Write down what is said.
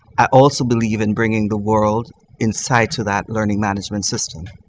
i also believe in bringing the world inside to that learning management system,